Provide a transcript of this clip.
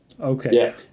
Okay